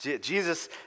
Jesus